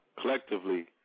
Collectively